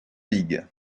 ligue